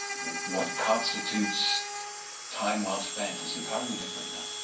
what constitutes time well spent is entirely different now.